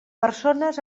persones